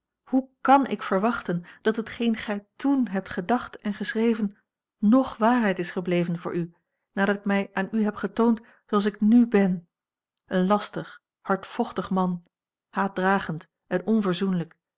hoe kàn ik verwachten dat hetgeen gij toen hebt gedacht en geschreven ng waarheid is gebleven voor u nadat ik mij aan u heb getoond zooals ik n ben een lastig hardvochtig man haatdragend en